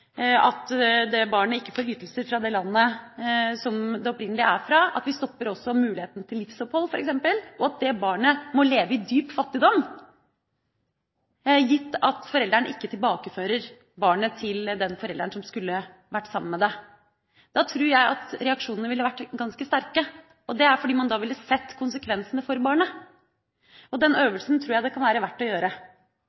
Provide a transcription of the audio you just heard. at det barnet ikke får ytelser fra det landet som det opprinnelig er fra, stopper muligheten til livsopphold, og at barnet må leve i dyp fattigdom gitt at forelderen ikke tilbakefører barnet til den forelderen som skulle vært sammen med det. Da tror jeg at reaksjonene ville vært ganske sterke, fordi man da ville sett konsekvensene for barnet. Den